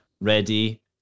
ready